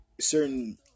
certain